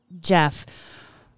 Jeff